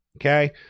Okay